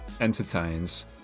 entertains